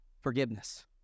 forgiveness